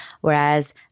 whereas